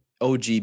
OG